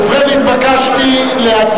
אני נעלב בשבילך.